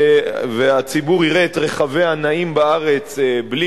והציבור יראה את רכביה נעים בארץ בלי